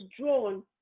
drawn